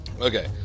Okay